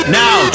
now